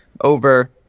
over